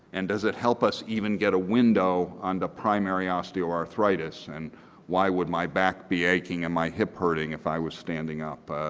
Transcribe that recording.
and desert help us even get a window on the primary osteoarthritis and why would my back be aching and my hip hurting if i was standing up.